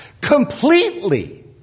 completely